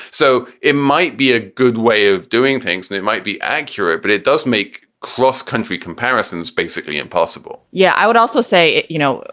so it might be a good way of doing things and it might be accurate, but it does make cross-country comparisons basically impossible yeah, i would also say, you know,